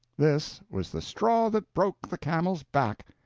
this was the straw that broke the camel's back.